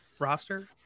roster